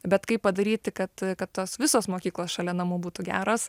bet kaip padaryti kad kad tos visos mokyklos šalia namų būtų geros